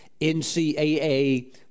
NCAA